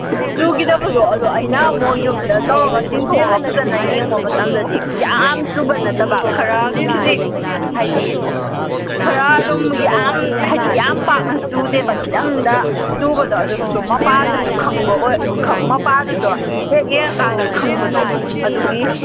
ꯆꯨꯈꯤꯗꯕꯗꯣ ꯑꯗꯣ ꯑꯩꯅ ꯑꯃꯨꯛ ꯌꯨꯝꯗ ꯇꯧꯔꯒ ꯇꯤꯡꯊꯣꯛ ꯑꯒ ꯐꯖꯅ ꯌꯦꯡꯕ ꯃꯇꯝꯗꯗꯤ ꯌꯥꯝꯅ ꯆꯨꯕ ꯅꯠꯇꯕ ꯈꯔ ꯈꯤꯖꯤꯛ ꯍꯥꯏꯗꯤ ꯈꯔ ꯑꯗꯨꯝ ꯌꯥꯝ ꯍꯥꯏꯗꯤ ꯌꯥꯝ ꯄꯥꯛꯅ ꯆꯨꯗꯦꯕ ꯈꯤꯇꯪꯗ ꯆꯨꯕꯗꯣ ꯑꯗꯨꯁꯨ ꯃꯄꯥꯗꯨꯁꯨ ꯈꯪꯕ ꯑꯣꯏ ꯃꯄꯥꯗꯨꯁꯨ ꯍꯦꯛ ꯌꯦꯡꯉ ꯀꯥꯟꯗ ꯈꯪꯕꯗꯣ ꯑꯗꯨꯒꯤ